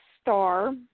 star